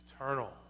Eternal